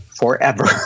Forever